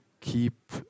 keep